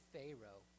Pharaoh